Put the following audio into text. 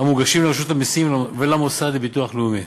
המוגשים לרשות המסים ולמוסד לביטוח לאומי.